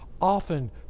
Often